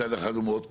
מצד אחד, הוא מאוד קל.